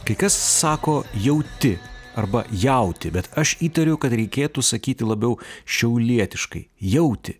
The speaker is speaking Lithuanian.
kai kas sako jauti arba jauti bet aš įtariu kad reikėtų sakyti labiau šiaulietiškai jauti